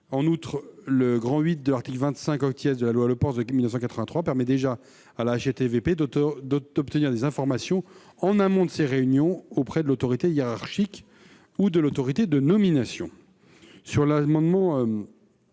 En outre, le VIII de l'article 25 de la loi Le Pors de 1983 permet déjà à la HATVP d'obtenir des informations en amont de ses réunions auprès de l'autorité hiérarchique ou de l'autorité de nomination.